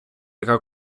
яка